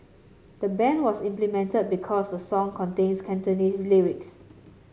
the ban was implemented because the song contains Cantonese lyrics